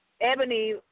Ebony